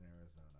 Arizona